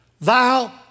thou